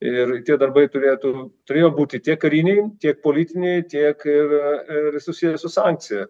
ir tie darbai turėtų turėjo būti tiek kariniai tiek politiniai tiek ir ir susiję su sankcija